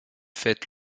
fêtes